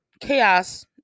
chaos